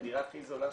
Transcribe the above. הדירה הכי זולה